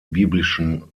biblischen